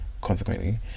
consequently